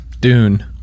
Dune